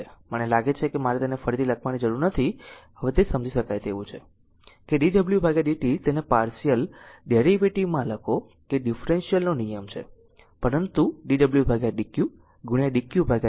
મને લાગે છે કે મારે તેને ફરીથી લખવાની જરૂર નથી હવે તે સમજી શકાય તેવું છે કે dw dt તેને પાર્શીયલ ડેરીવેટીવ માં લખો કે ડીફરેન્શીયલ નો નિયમ છે પરંતુ dw dq dq dt